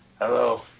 hello